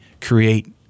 create